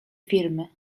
firmy